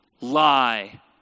lie